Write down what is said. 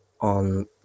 on